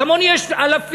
כמוני יש אלפים,